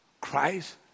Christ